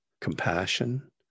compassion